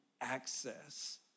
access